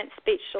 speech